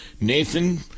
Nathan